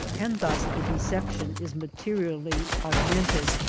and thus the deception is materially augmented.